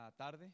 tarde